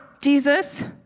Jesus